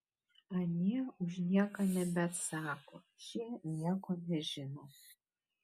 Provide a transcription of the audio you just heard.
anie už nieką nebeatsako šie nieko nežino